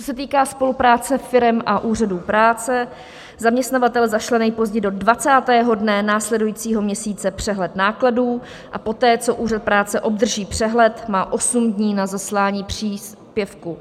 Co se týká spolupráce firem a úřadů práce, zaměstnavatel zašle nejpozději do 20. dne následujícího měsíce přehled nákladů a poté, co úřad práce obdrží přehled, má osm dní na zaslání příspěvku.